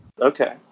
Okay